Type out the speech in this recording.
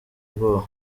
bwoba